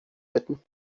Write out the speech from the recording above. bitten